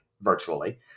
virtually